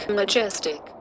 majestic